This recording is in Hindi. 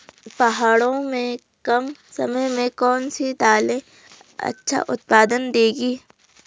पहाड़ों में कम समय में कौन सी दालें अच्छा उत्पादन देंगी?